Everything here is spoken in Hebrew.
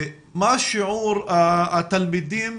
מה שיעור התלמידים